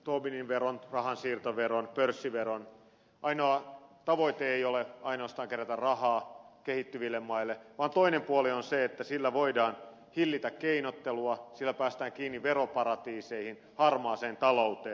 tobinin veron rahansiirtoveron pörssiveron ainoa tavoite ei ole ainoastaan kerätä rahaa kehittyville maille vaan toinen puoli on se että sillä voidaan hillitä keinottelua sillä päästään kiinni veroparatiiseihin harmaaseen talouteen